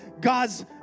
God's